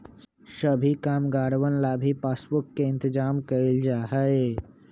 सभी कामगारवन ला भी पासबुक के इन्तेजाम कइल जा हई